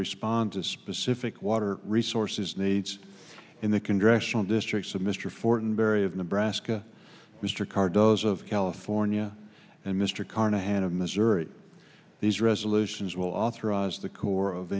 respond to specific water resources needs in the congressional districts of mr fortenberry of nebraska mr carrados of california and mr carnahan of missouri these resolutions will authorize the corps of